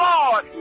Lord